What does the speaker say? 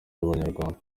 y’abanyarwanda